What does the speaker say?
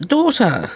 Daughter